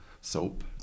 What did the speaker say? soap